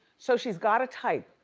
so she's got a type,